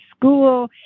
school